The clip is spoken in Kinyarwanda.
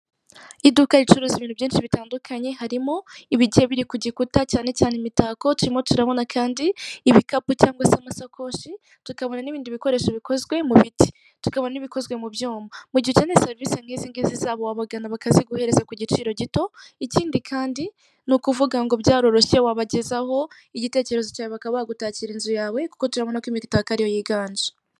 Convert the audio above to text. Iduka ricuruza ibintu byinshi bitandukanye harimo ibigiye biri ku gikuta cyane cyane imitako turimo turabona kandi ibikapu cyangwa se amasakoshi, tukabona n'ibindi bikoresho bikozwe mu biti, tukabona ibikozwe mu byuma mu gihe ukeneye serivisi nk'izingizi zabo wabagana bakaziguhereza ku giciro gito ikindi kandi ni ukuvuga ngo byaroroshye wabagezaho igitekerezo cyawe bakaba bagutakira inzu yawe kuko turabona ko imitako ariiyo yiganje.